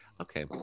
okay